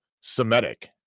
Semitic